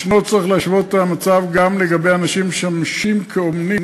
יש צורך להשוות את המצב גם לגבי אנשים המשמשים כאומנים